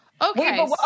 Okay